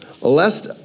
lest